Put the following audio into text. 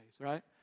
right